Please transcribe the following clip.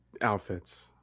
outfits